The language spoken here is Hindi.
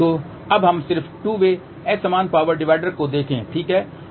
तो अब हम सिर्फ 2 वे असमान पावर डिवाइडर को देखें ठीक है